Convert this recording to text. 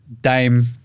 Dame